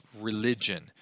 religion